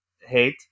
hate